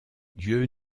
dieu